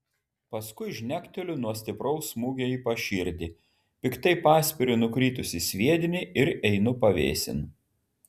paskui žnekteliu nuo stipraus smūgio į paširdį piktai paspiriu nukritusį sviedinį ir einu pavėsin